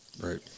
Right